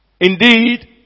indeed